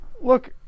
look